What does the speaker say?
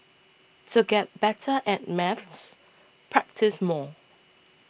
to get better at maths practise more